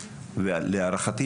ולהערכתי,